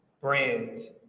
brands